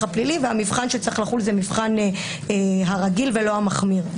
הפלילי והמבחן שצריך לחול הוא הרגיל ולא המחמיר.